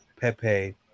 Pepe